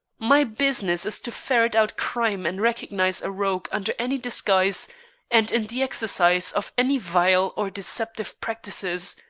my business is to ferret out crime and recognize a rogue under any disguise and in the exercise of any vile or deceptive practices.